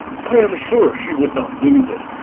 i am sure she would not lose it.